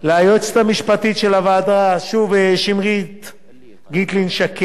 ליועצת המשפטית של הוועדה, שוב, שמרית גיטלין-שקד,